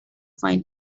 find